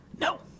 No